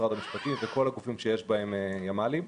משרד המשפטים וכל הגופים שיש בהם ימ"לים.